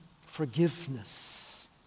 forgiveness